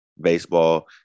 baseball